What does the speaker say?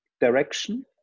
Direction